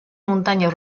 muntanyes